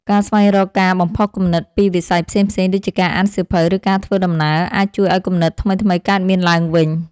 ការស្វែងរកការបំផុសគំនិតពីវិស័យផ្សេងៗ ដូចជាការអានសៀវភៅ ឬការធ្វើដំណើរ អាចជួយឱ្យគំនិតថ្មីៗកើតមានឡើងវិញ។